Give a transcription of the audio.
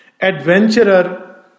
adventurer